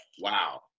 Wow